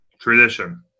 tradition